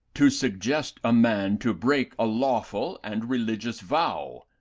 to suggest a man to break a lawful and religious vow?